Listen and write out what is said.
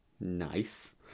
nice